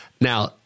Now